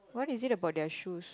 what is it about their shoes